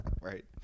Right